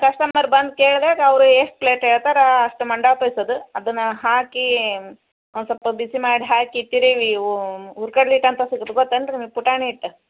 customer ಬಂದು ಕೇಳಿದಾಗ ಅವ್ರು ಎಷ್ಟು ಪ್ಲೇಟ್ ಹೇಳ್ತಾರಾ ಅಷ್ಟು ಮಂಡ ಕಳ್ಸುದು ಅದನ್ನು ಹಾಕಿ ಒಂದು ಸ್ವಲ್ಪ ಬಿಸಿ ಮಾಡಿ ಹಾಕಿ ಇಟ್ಟಿರಿ ನೀವು ಹುರ್ಕಡ್ಲಿ ಹಿಟ್ ಅಂತ ಸಿಗತ್ತೆ ಗೊತ್ತ ಅನ್ರಿ ಪುಟಾಣಿ ಹಿಟ್